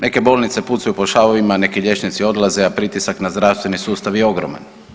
Neke bolnice pucaju po šavovima, neki liječnici odlaze, a pritisak na zdravstveni sustav je ogroman.